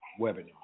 webinar